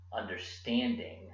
understanding